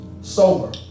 Sober